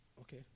Okay